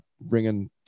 bringing